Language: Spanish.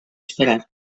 esperar